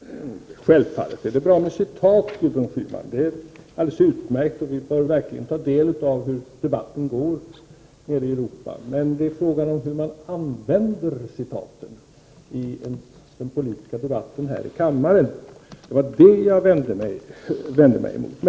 Herr talman! Självfallet är det bra med citat, Gudrun Schyman. Det är alldeles utmärkt, och vi bör verkligen ta del av hur debatten går nere i Europa. Men det är fråga om det sätt på vilket man använder citaten i den politiska debatten här i kammaren; det var det jag vände mig emot.